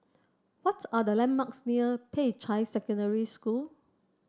what are the landmarks near Peicai Secondary School